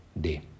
day